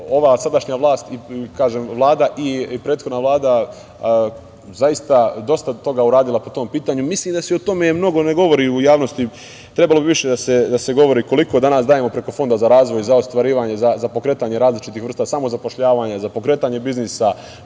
ova sadašnja vlast i prethodna Vlada dosta toga uradila po tom pitanju. Mislim da se o tome mnogo i ne govori u javnosti, trebalo bi više da se govori koliko danas dajemo preko Fonda za razvoj, za ostvarivanje, za pokretanje različitih vrsta samozapošljavanja, za pokretanje biznisa,